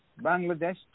Bangladesh